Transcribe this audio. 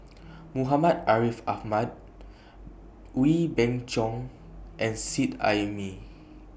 Muhammad Ariff Ahmad Wee Beng Chong and Seet Ai Mee